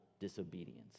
Disobedience